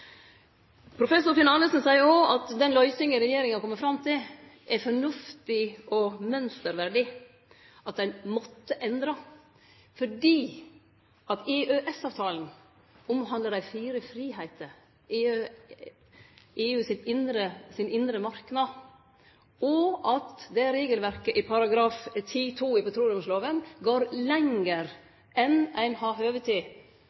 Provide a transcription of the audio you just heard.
Professor Finn Arnesen seier òg at den løysinga regjeringa har kome fram til, er «fornuftig og mønsterverdig». Ein måtte endre fordi EØS-avtalen handlar om dei fire fridomar, EUs indre marknad, og at regelverket i § 10-2 i petroleumslova går